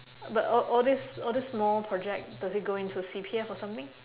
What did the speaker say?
but all all these all these small project does it go into C_P_F or something